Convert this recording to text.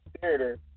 Theater